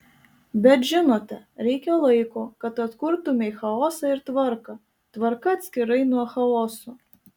bet žinote reikia laiko kad atkurtumei chaosą ir tvarką tvarka atskirai nuo chaoso